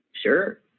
Sure